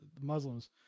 Muslims